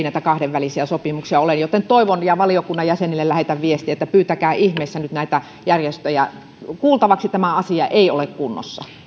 näitä kahdenvälisiä sopimuksia ole joten toivon ja valiokunnan jäsenille lähetän viestiä että pyytäkää ihmeessä nyt näitä järjestöjä kuultavaksi tämä asia ei ole kunnossa